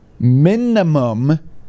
minimum